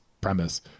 premise